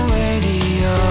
radio